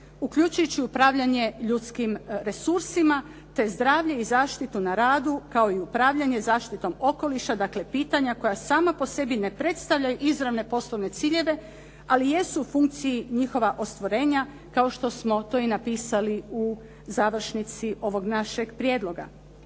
uključujući upravljanje ljudskim resursima te zdravlje i zaštitu na radu kao i upravljanje zaštitom okoliša, dakle pitanja koja sama po sebi ne predstavljaju izravne poslovne ciljeve, ali jesu u funkciji njihova ostvarenja, kao što smo to i napisali u završnici ovog našeg prijedloga.